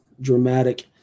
dramatic